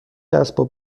اسباب